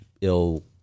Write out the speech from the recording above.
ill